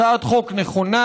הצעת חוק נכונה,